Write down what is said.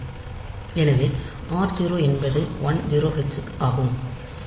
எனவே r0 என்பது 10 H ஆகும்